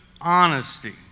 honesty